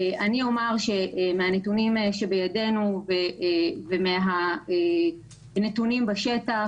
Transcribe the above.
מהנתונים שבידינו ומהנתונים בשטח,